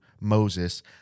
Moses